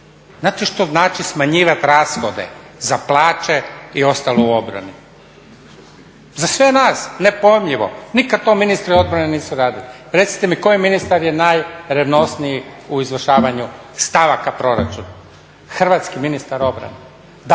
Znate što znači smanjivati rashode, za plaće i ostalo u obrani? Za sve nas nepojmljivo, nikad to ministri obrane nisu radili. Recite mi koji ministar je najrenosniji u izvršavanju stavaka proračuna. Hrvatski ministar obrane. Da,